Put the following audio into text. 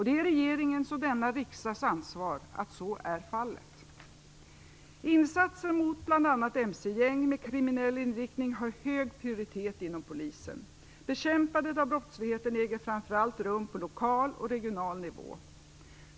Det är regeringens och denna riksdags ansvar att så är fallet. Insatser mot bl.a. mc-gäng med kriminell inriktning har hög prioritet inom polisen. Bekämpandet av brottsligheten äger framför allt rum på lokal och regional nivå.